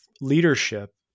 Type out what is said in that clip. leadership